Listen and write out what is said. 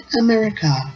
America